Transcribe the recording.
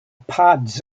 pads